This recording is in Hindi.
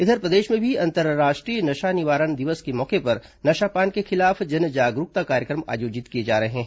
इधर प्रदेश में भी अंतर्राष्ट्रीय नशा निवारण दिवस के मौके पर नशापान के खिलाफ जन जागरूकता कार्यक्रम आयोजित किए जा रहे हैं